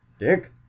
dick